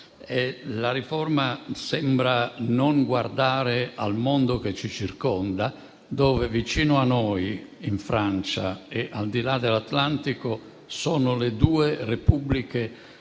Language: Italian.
La riforma sembra non guardare al mondo che ci circonda, dove vicino a noi, in Francia, e al di là dell'Atlantico, ci sono le due Repubbliche nelle